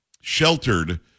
sheltered